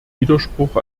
widerspruch